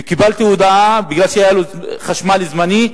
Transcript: וקיבלתי הודעה, היה לו חשמל זמני,